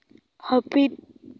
ᱦᱟᱹᱯᱤᱫ